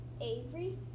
Avery